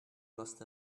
lost